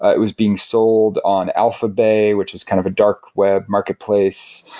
it was being sold on alpha bay, which is kind of a dark web marketplace,